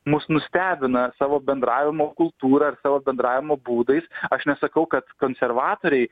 mus nustebina savo bendravimo kultūra savo bendravimo būdais aš nesakau kad konservatoriai